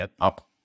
up